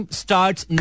starts